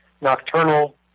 nocturnal